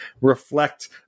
reflect